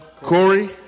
Corey